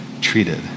treated